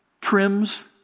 trims